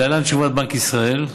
להלן תשובת בנק ישראל,